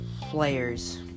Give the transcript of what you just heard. players